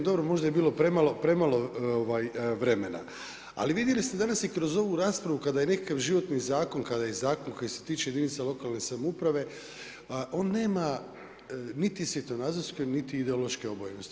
Dobro, možda je bilo premalo vremena, ali vidjeli ste danas i kroz ovu raspravu kada je nekakav životni zakon, kada je zakon koji se tiče jedinica lokalne samouprave on nema niti svjetonazorske, niti ideološke obojenosti.